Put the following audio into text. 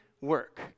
work